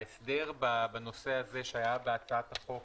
ההסדר בנושא הזה שהיה בהצעת החוק,